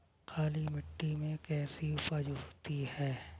काली मिट्टी में कैसी उपज होती है?